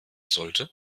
sollte